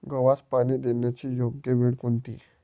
गव्हास पाणी देण्याची योग्य वेळ कोणती?